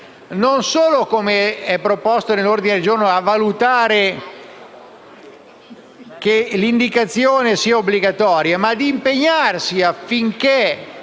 non solo, come è proposto nell'ordine del giorno, a valutare che l'indicazione sia obbligatoria, ma ad impegnarsi affinché